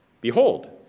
behold